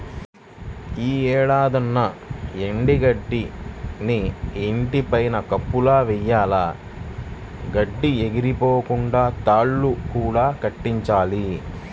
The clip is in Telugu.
యీ ఏడాదన్నా ఎండు గడ్డిని ఇంటి పైన కప్పులా వెయ్యాల, గడ్డి ఎగిరిపోకుండా తాళ్ళు కూడా కట్టించాలి